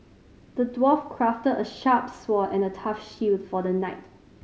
the dwarf crafted a sharp sword and a tough shield for the knight